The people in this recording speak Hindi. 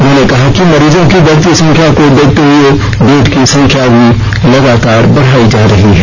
उन्होंने कहा कि मरीजों की बढ़ती संख्या को देखते हए बेड की संख्या भी लगातार बढ़ायी जा रही है